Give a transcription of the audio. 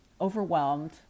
overwhelmed